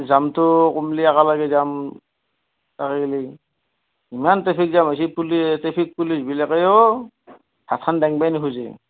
জামটো কমিলে একেলগে যাম পাৰিলি ইমান ট্ৰেফিক জাম হৈছে ট্ৰেফিক পুলিচ ট্ৰেফিক পুলিচবিলাকেও হাতখান দাঙিবাই নোখোজে